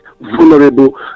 vulnerable